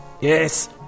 Yes